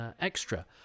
extra